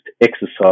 exercise